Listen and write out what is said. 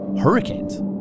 Hurricanes